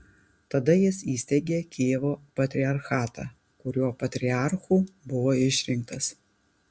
tada jis įsteigė kijevo patriarchatą kurio patriarchu buvo išrinktas